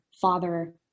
father